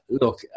look